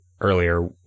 earlier